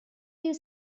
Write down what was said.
you